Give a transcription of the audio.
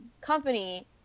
company